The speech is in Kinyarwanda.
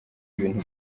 ibintu